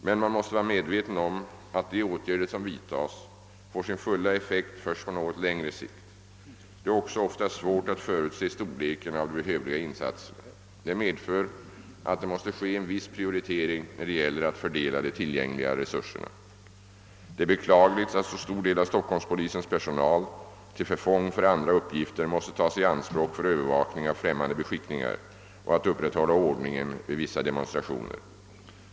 Men man måste vara medveten om att de åtgärder som vidtas får sin fulla effekt först på något längre sikt. Det är också ofta svårt att förutse storleken av de behövliga insatserna. Detta medför att det måste ske en viss prioritering, när det gäller att fördela de tillgängliga resurserna. Det är beklagligt att så stor del av stockholmspolisens personal till förfång för andra uppgifter måste tas i anspråk för övervakning av främmande beskickningar och för att upprätthålla ordningen vid vissa demonstrationer.